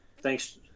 Thanks